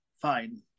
fine